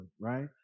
right